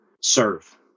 serve